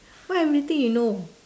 why everything you know